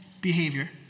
behavior